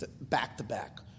back-to-back